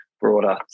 broader